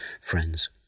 friends